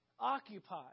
Occupy